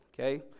Okay